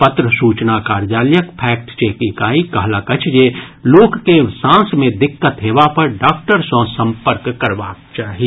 पत्र सूचना कार्यालयक फैक्ट चेक इकाई कहलक अछि जे लोक के सांस मे दिक्कत हेबा पर डॉक्टर सँ सम्पर्क करबाक चाही